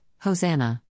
Hosanna